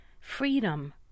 Freedom